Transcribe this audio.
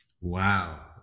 Wow